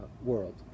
world